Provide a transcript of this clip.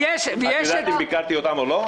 את יודעת אם ביקרתי אותם או לא?